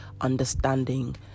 understanding